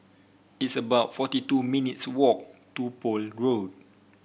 it's about forty two minutes' walk to Poole Road